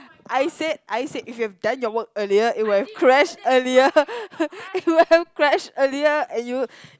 I said I said if you have done your work earlier it will have crashed earlier and it will have crashed earlier and you